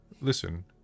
Listen